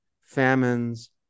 famines